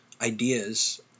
ideas